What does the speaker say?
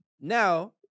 now